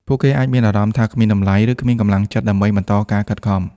ពួកគេអាចមានអារម្មណ៍ថាគ្មានតម្លៃ ឬគ្មានកម្លាំងចិត្តដើម្បីបន្តការខិតខំ។